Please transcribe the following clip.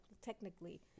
technically